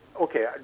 okay